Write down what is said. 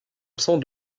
absent